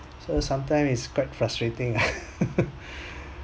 so sometime it's quite frustrating ah